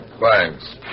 thanks